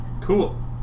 Cool